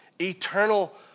eternal